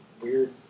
weird